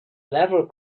level